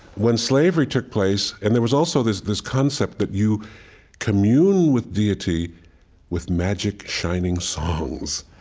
when slavery took place and there was also this this concept that you commune with deity with magic, shining songs.